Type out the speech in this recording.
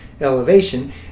elevation